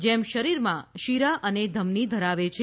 જેમ શરીરમાં શીરા અને ધમની ધરાવે છે